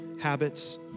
habits